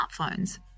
smartphones